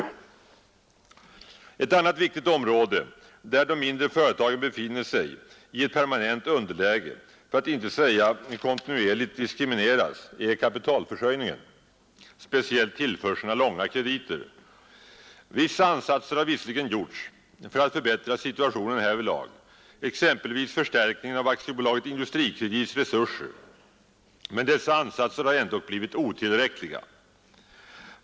Ett annat viktigt område där de mindre företagen befinner sig i ett permanent underläge för att inte säga kontinuerligt diskrimineras är kapitalförsörjningen, speciellt tillförseln av långa krediter. Vissa ansatser har visserligen gjorts för att förbättra situationen härvidlag exempelvis förstärkningen av AB Industrikredits resurser, men dessa ansatser har ändock blivit otillräckliga.